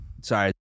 sorry